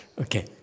Okay